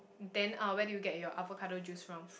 then uh where do you get your avocado juice from